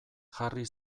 jarri